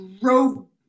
drove